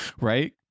right